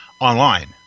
online